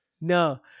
No